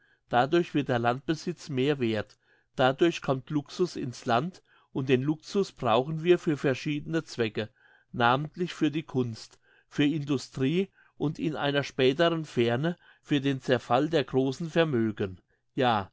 dadurch wird der landbesitz mehr werth dadurch kommt luxus in's land und den luxus brauchen wir für verschiedene zwecke namentlich für die kunst für industrie und in einer späteren ferne für den zerfall der grossen vermögen ja